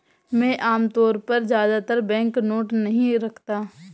मैं आमतौर पर ज्यादा बैंकनोट नहीं रखता